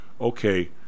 okay